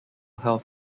health